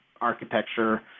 architecture